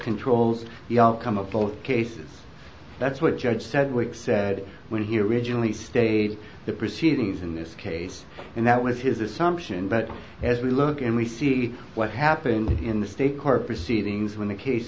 control the outcome of both cases that's what judge said rick said when he originally stayed the proceedings in this case and that was his assumption but as we look and we see what happened in the state court proceedings when the case